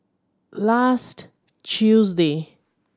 last Tuesday